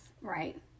Right